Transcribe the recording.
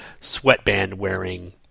sweatband-wearing